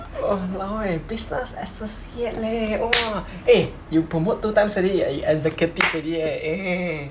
!walao! eh business associate leh !wah! eh you promote two times already you ex~ you executive already eh eh